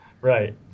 Right